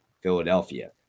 Philadelphia